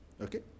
Okay